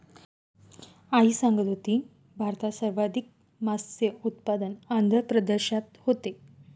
आई सांगत होती, भारतात सर्वाधिक मत्स्य उत्पादन आंध्र प्रदेशात होते